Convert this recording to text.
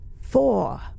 Four